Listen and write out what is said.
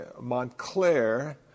Montclair